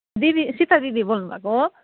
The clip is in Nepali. दिदी सीता दिदी बोल्नु भएको हो